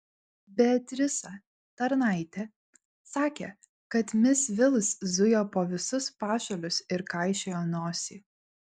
beatrisa tarnaitė sakė kad mis vils zujo po visus pašalius ir kaišiojo nosį